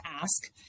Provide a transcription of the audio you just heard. ask